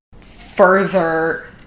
further